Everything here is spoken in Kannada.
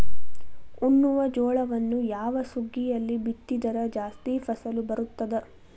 ಉಣ್ಣುವ ಜೋಳವನ್ನು ಯಾವ ಸುಗ್ಗಿಯಲ್ಲಿ ಬಿತ್ತಿದರೆ ಜಾಸ್ತಿ ಫಸಲು ಬರುತ್ತದೆ?